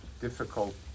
difficult